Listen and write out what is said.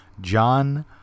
John